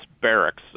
barracks